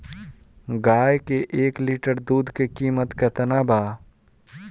गाय के एक लिटर दूध के कीमत केतना बा?